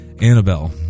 Annabelle